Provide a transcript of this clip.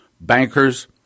bankers